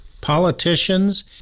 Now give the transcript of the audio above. politicians